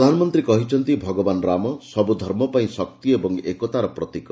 ପ୍ରଧାନମନ୍ତ୍ରୀ କହିଛନ୍ତି ଭଗବାନ ରାମ ସବୁ ଧର୍ମପାଇଁ ଶକ୍ତି ଓ ଏକତାର ପ୍ରତୀକ